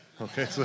okay